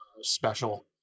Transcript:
special